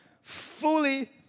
fully